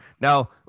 now